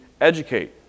educate